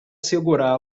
segurá